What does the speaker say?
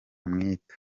mwita